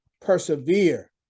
persevere